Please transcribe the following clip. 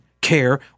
care